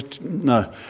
No